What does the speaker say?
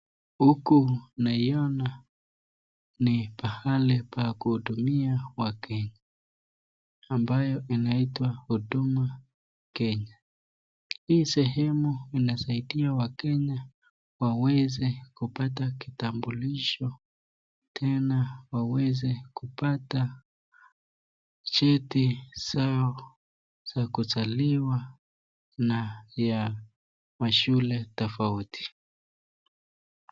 Huku tunaiona ni mahali pa kuhudumia wakenya ambayo inaitwa huduma Kenya. Hii sehemu inasaidia wakenya waweze kupata vitambulisho na waweze kupata vyeti zao za kuzaliwa na ya mashule tofauti.